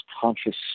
conscious